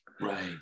Right